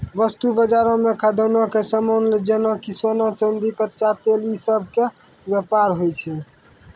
वस्तु बजारो मे खदानो के समान जेना कि सोना, चांदी, कच्चा तेल इ सभ के व्यापार होय छै